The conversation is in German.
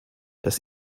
das